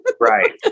right